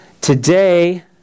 today